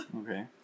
Okay